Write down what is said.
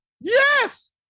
Yes